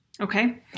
Okay